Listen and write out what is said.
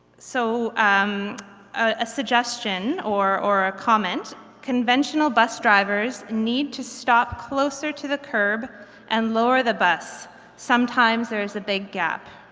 so um a suggestion or or a comment conventional bus drivers need to stop closer to the curb and lower the bus sometimes there is a big gap.